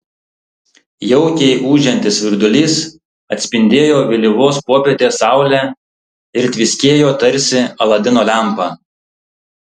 jaukiai ūžiantis virdulys atspindėjo vėlyvos popietės saulę ir tviskėjo tarsi aladino lempa